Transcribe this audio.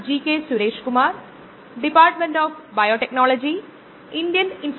ഈ mooc ന് ഈ ലെക്ചർസ് ഉണ്ടാകും കൂടാതെ ആഴ്ചയിൽ ഒരിക്കൽ വരുന്ന ചില അസൈൻമെന്റുകളും ഉണ്ടാകും